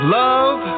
love